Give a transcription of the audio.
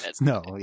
No